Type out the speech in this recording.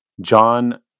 John